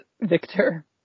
Victor